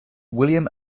william